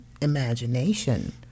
imagination